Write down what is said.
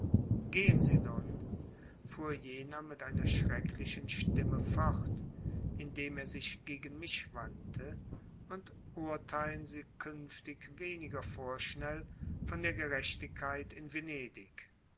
gehen sie nun fuhr jener mit einer schrecklichen stimme fort indem er sich gegen mich wandte und urteilen sie künftig weniger vorschnell von der gerechtigkeit in venedig